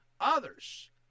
others